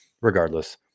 regardless